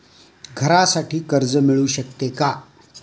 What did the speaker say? घरासाठी कर्ज मिळू शकते का?